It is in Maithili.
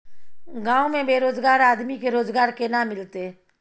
गांव में बेरोजगार आदमी के रोजगार केना मिलते?